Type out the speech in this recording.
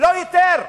ולא יותר.